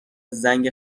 زنگ